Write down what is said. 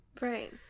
Right